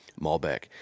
Malbec